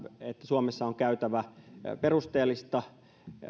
että suomessa on käytävä perusteellista